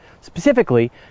Specifically